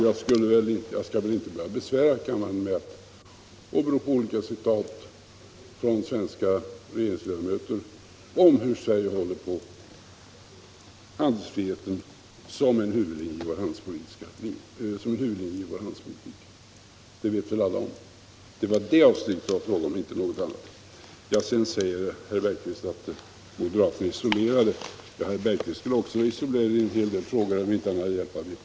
Jag skall inte besvära kammaren med att åberopa olika citat från svenska regeringsledamöter om hur Sverige håller på handelsfriheten såsom en huvudlinje i vår handelspolitik. Det vet väl alla. Det var detta det gällde och ingenting annat. Moderaterna är isolerade, säger herr Bergqvist. Ja, men även herr Bergqvist skulle vara isolerad i en hel del frågor, om han inte hade hjälp av vpk.